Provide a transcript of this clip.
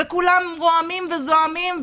וכולם רועמים וזועמים,